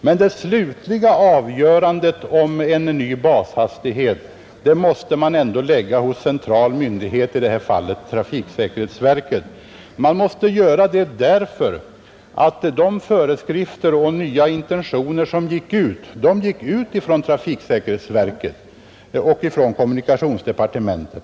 Men det slutliga avgörandet om en ny bashastighet måste man ändå lägga hos central myndighet, i detta fall trafiksäkerhetsverket. Man måste göra det därför att de föreskrifter och nya intentioner som gick ut kom från trafiksäkerhetsverket och från kommunikationsdepartementet.